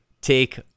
take